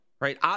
right